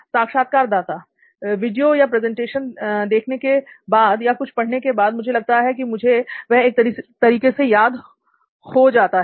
साक्षात्कारदाता वीडियो या प्रेजेंटेशन देखने के बाद या कुछ पढ़ने के बाद मुझे लगता है कि मुझे वह एक तरीके से याद हो जाता है